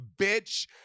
bitch